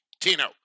Tino